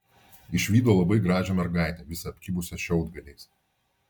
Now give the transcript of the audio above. išvydo labai gražią mergaitę visą apkibusią šiaudgaliais